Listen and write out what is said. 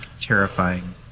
terrifying